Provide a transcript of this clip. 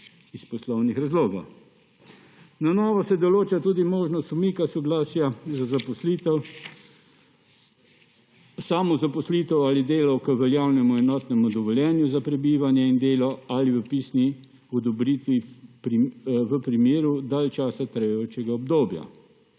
iz poslovnih razlogov. Na novo se določa tudi možnost umika soglasja za zaposlitev, samozaposlitev ali delo k veljavnemu enotnemu dovoljenju za prebivanje in delo ali k pisni odobritvi v primeru dalj časa trajajočega obdobja.